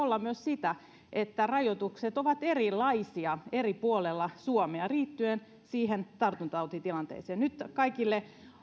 olla myös sitä että rajoitukset ovat erilaisia eri puolilla suomea liittyen siihen tartuntatautitilanteeseen nyt kaikille